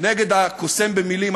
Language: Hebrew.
נגד הקוסם במילים,